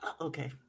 Okay